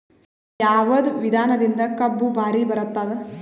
ಯಾವದ ವಿಧಾನದಿಂದ ಕಬ್ಬು ಭಾರಿ ಬರತ್ತಾದ?